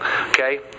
okay